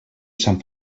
sant